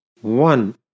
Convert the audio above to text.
One